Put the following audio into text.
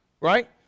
Right